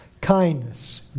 Kindness